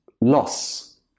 loss